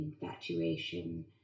infatuation